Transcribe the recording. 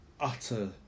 utter